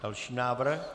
Další návrh.